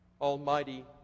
almighty